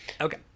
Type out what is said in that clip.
Okay